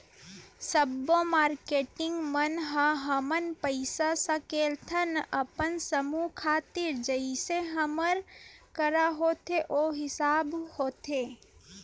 सब्बो मारकेटिंग मन ह हमन पइसा सकेलथन अपन समूह खातिर जइसे हमर करा होथे ओ हिसाब होथे